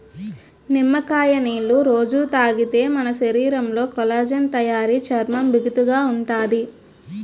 నిమ్మకాయ నీళ్ళు రొజూ తాగితే మన శరీరంలో కొల్లాజెన్ తయారయి చర్మం బిగుతుగా ఉంతాది